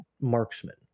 marksman